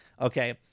Okay